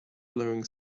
blowing